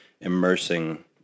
immersing